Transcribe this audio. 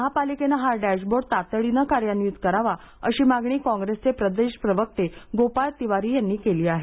महापालिकेने हा डॅशबोर्ड तातडीने कार्यान्वित करावा अशी मागणी काँग्रेसचे प्रदेश प्रवक्ते गोपाळ तिवारी यांनी केली आहे